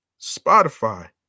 Spotify